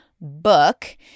book